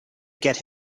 get